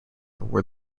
were